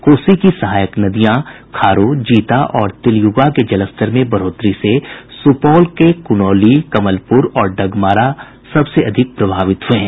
कोसी की सहायक नदियां खारो जीता और तिलयुगा के जलस्तर में बढ़ोतरी से सुपौल जिले का कुनौली कमलपुर और डगमारा सबसे अधिक प्रभावित हुआ है